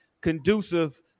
conducive